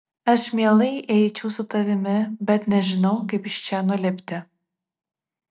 aš mielai eičiau su tavimi bet nežinau kaip iš čia nulipti